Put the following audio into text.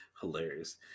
Hilarious